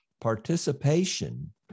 participation